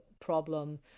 problem